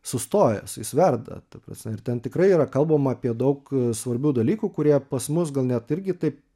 sustojęs jis verda ta prasme ir ten tikrai yra kalbama apie daug svarbių dalykų kurie pas mus gal net irgi taip